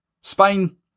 Spain